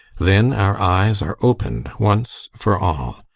then our eyes are opened once for all.